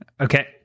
Okay